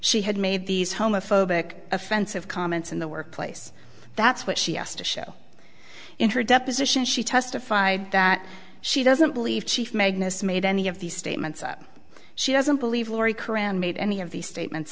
she had made these homophobic offensive comments in the workplace that's what she asked to show in her deposition she testified that she doesn't believe chief magnus made any of these statements up she doesn't believe laurie qur'an made any of these statements